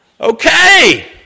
Okay